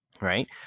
right